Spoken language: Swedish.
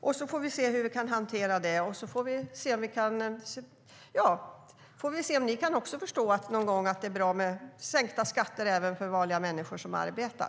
Vi får se hur vi kan hantera det, och så får vi också se om ni någon gång kan förstå att det är bra med sänkta skatter även för vanliga människor som arbetar.